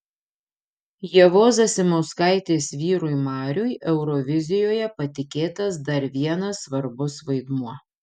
ievos zasimauskaitės vyrui mariui eurovizijoje patikėtas dar vienas svarbus vaidmuo